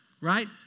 right